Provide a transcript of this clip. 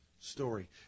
story